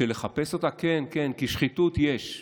לחפש אותה, כן, כן, כי שחיתות יש,